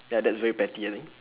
ya that's way pettier